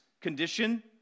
condition